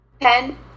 Ten